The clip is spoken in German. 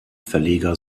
verleger